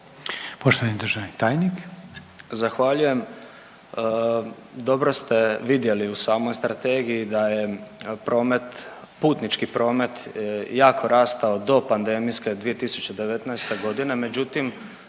**Bilaver, Josip (HDZ)** Zahvaljujem. Dobro ste vidjeli u samoj Strategiji da je promet, putnički promet jako rastao do pandemijske 2019. g., međutim,